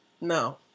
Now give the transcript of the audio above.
No